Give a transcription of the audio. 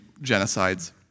genocides